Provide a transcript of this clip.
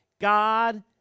God